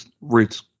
roots